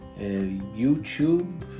YouTube